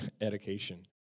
education